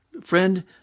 Friend